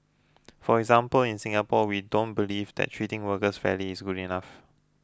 for example in Singapore we don't believe that treating workers fairly is good enough